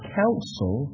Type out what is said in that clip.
council